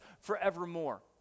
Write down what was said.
forevermore